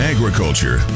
Agriculture